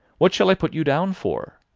what shall i put you down for?